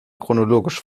chronologisch